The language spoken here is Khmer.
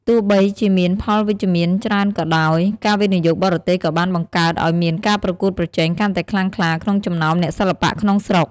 ទោះបីជាមានផលវិជ្ជមានច្រើនក៏ដោយ ការវិនិយោគបរទេសក៏បានបង្កើតឱ្យមានការប្រកួតប្រជែងកាន់តែខ្លាំងក្លាក្នុងចំណោមអ្នកសិល្បៈក្នុងស្រុក។